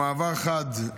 במעבר חד,